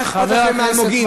היה אכפת לכם מהאלמוגים,